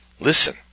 Listen